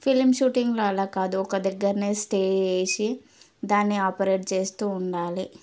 film షూటింగ్లో అలా కాదు ఒక దగ్గరనే స్టే చేసి దాన్ని ఆపరేట్ చేస్తూ ఉండాలి